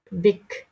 big